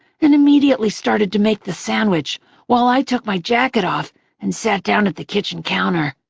and immediately started to make the sandwich while i took my jacket off and sat down at the kitchen counter.